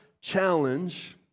challenge